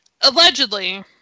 allegedly